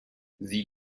sie